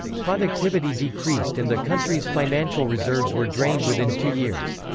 productivity decreased and the country's financial reserves were drained within two years.